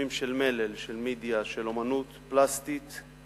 בתחומים של מלל, אמנות פלסטית ומדיה.